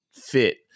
fit